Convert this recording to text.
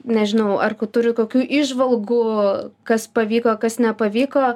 nežinau ar ku turi kokių įžvalgų kas pavyko kas nepavyko